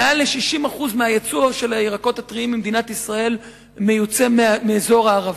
מעל ל-60% מהייצור של הירקות הטריים במדינת ישראל מיוצא מאזור הערבה.